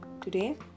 Today